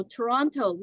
Toronto